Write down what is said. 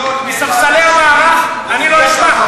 מספסלי המערך אני לא אשמע.